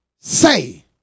say